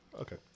Okay